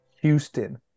Houston